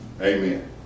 Amen